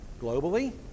globally